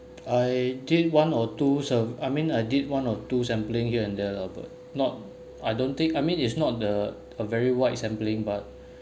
I did one or two so I mean I did one or two sampling here and there lah but not I don't think I mean it's not the a very wide sampling but